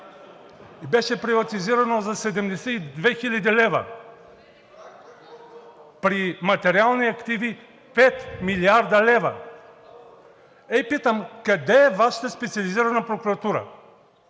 а беше приватизиран за 72 хил. лв. – при материални активи 5 млрд. лв., и Ви питам: къде е Вашата Специализирана прокуратура?!